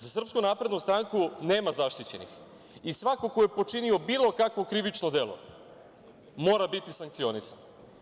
Za Srpsku naprednu stranku nema zaštićenih i svako ko je počinio bilo kakvo krivično delo mora biti sankcionisan.